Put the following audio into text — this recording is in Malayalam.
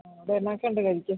ആ അവിടെ എന്തൊക്കെ ഉണ്ട് കഴിക്കാന്